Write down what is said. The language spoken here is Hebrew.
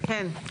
כן.